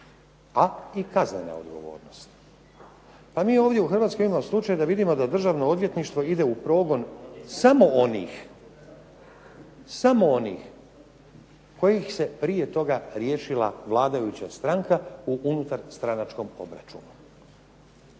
a i kaznena odgovornost. Pa mi ovdje u Hrvatskoj imamo slučaj da vidimo da Državno odvjetništvo ide u progon samo onih, samo onih kojih se prije toga riješila vladajuća stranka u unutarstranačkom obračunu.